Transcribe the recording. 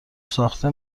ساخته